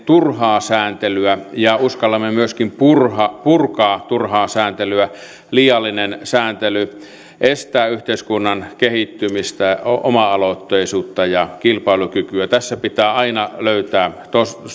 turhaa sääntelyä ja uskallamme myöskin purkaa purkaa turhaa sääntelyä liiallinen sääntely estää yhteiskunnan kehittymistä oma aloitteisuutta ja kilpailukykyä tässä pitää aina löytää